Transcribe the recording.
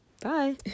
Bye